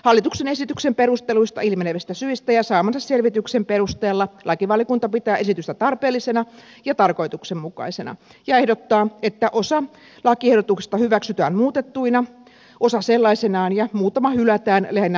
hallituksen esityksen perusteluista ilmenevistä syistä ja saamansa selvityksen perusteella lakivaliokunta pitää esitystä tarpeellisena ja tarkoituksenmukaisena ja ehdottaa että osa lakiehdotuksista hyväksytään muutettuina osa sellaisenaan ja muutama hylätään lähinnä teknisluontoisista syistä